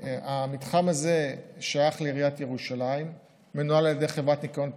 המתחם הזה שייך לעיריית ירושלים ומנוהל על ידי חברת ניקיון פרטית,